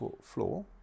floor